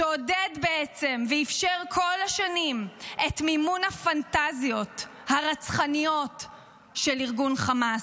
שעודד ואפשר כל השנים את מימון הפנטזיות הרצחניות של ארגון חמאס.